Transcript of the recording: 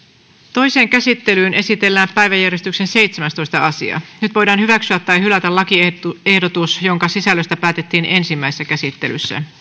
toiseen käsittelyyn esitellään päiväjärjestyksen seitsemästoista asia nyt voidaan hyväksyä tai hylätä lakiehdotus jonka sisällöstä päätettiin ensimmäisessä käsittelyssä